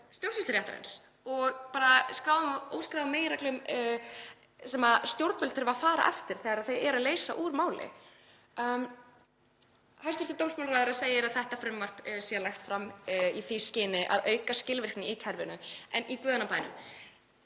stjórnsýsluréttarins og bara skráðum og óskráðum meginreglum sem stjórnvöld þurfa að fara eftir þegar þau eru að leysa úr máli? Hæstv. dómsmálaráðherra segir að þetta frumvarp sé lagt fram í því skyni að auka skilvirkni í kerfinu. En í guðanna bænum,